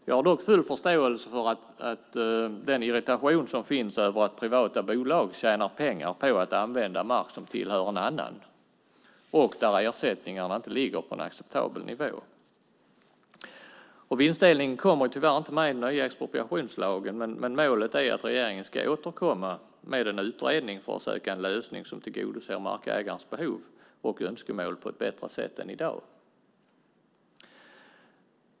Jag har dock full förståelse för den irritation som finns över att privata bolag tjänar pengar på att använda mark som tillhör en annan när ersättningarna inte ligger på en acceptabel nivå. Vinstdelning kommer tyvärr inte med i den nya expropriationslagen, men målet är att regeringen ska återkomma med en utredning för att söka en lösning som tillgodoser markägarens behov och önskemål på ett bättre sätt än i dag.